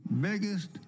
biggest